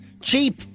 Cheap